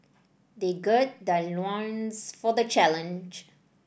they gird their loins for the challenge